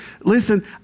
listen